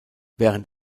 während